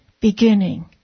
beginning